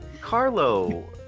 Carlo